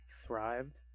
thrived